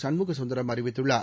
சண்முகசுந்தரம் அறிவித்துள்ளார்